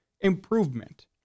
improvement